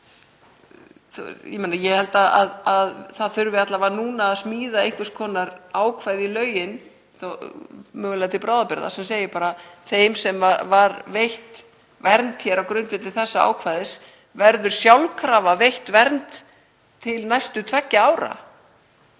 núna þurfi alla vega að smíða einhvers konar ákvæði í lögin, mögulega til bráðabirgða, sem segir að þeim sem var veitt vernd á grundvelli þessa ákvæðis verði sjálfkrafa veitt vernd til næstu tveggja ára.